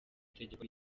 itegeko